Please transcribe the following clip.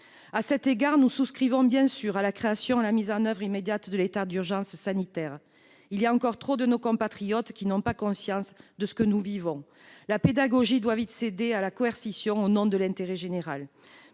À cet égard, nous souscrivons bien sûr à la création et à la mise en oeuvre immédiate de l'état d'urgence sanitaire. Il y a encore trop de nos compatriotes qui n'ont pas conscience de ce que nous vivons. La pédagogie doit vite le céder à la coercition, au nom de l'intérêt général